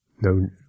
no